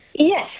Yes